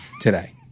today